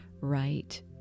right